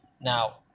Now